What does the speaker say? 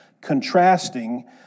contrasting